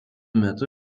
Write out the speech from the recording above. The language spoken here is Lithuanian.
metu